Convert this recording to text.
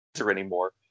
anymore